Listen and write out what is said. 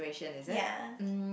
ya